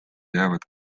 jäävad